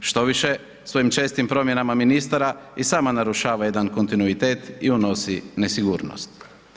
Štoviše, svojim čestim promjenama ministara i sama narušava jedan kontinuitet i unosi nesigurnost.